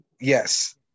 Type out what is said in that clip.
Yes